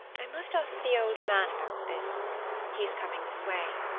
i must ask the old man about this he is coming this way.